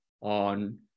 on